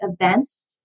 events